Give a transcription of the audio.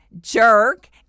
jerk